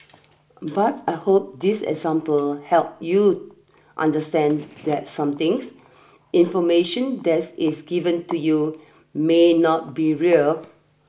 but I hope this example help you understand that somethings information desk is given to you may not be real